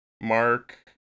Mark